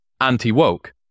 anti-woke